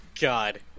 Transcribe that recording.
God